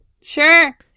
Sure